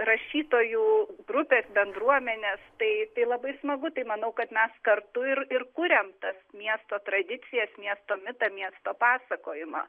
rašytojų grupės bendruomenės tai tai labai smagu tai manau kad mes kartu ir ir kuriam tas miesto tradicijas miesto mitą miesto pasakojimą